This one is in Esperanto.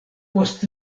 post